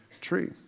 tree